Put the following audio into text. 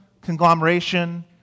conglomeration